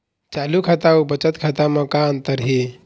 चालू खाता अउ बचत खाता म का अंतर हे?